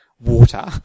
water